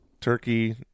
Turkey